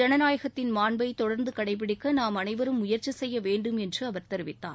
ஜனநாயகத்தின் மாண்டை தொடர்ந்து கடைபிடிக்க நாம் அனைவரும் முயற்சி செய்ய வேண்டும் என்று அவர் தெரிவித்தார்